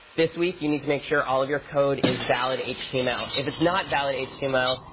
this week, you need to make sure all of your code is valid h t m l five. if it's not valid h t m l